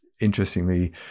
Interestingly